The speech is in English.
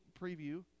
preview